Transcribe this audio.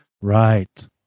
Right